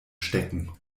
stecken